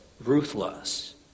ruthless